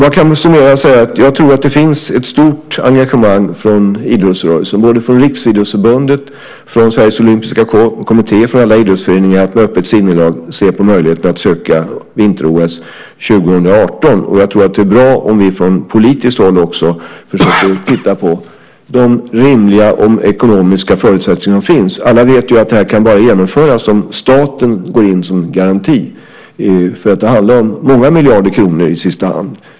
Jag kan summera och säga att jag tror att det finns ett stort engagemang från idrottsrörelsen, både från Riksidrottsförbundet, från Sveriges Olympiska Kommitté och från alla idrottsföreningar, att med öppet sinnelag se på möjligheten att söka vinter-OS 2018, och jag tror att det är bra om vi från politiskt håll också försöker titta på de rimliga ekonomiska förutsättningar som finns. Alla vet ju att det här bara kan genomföras om staten går in som garant, för det handlar om många miljarder kronor i sista hand.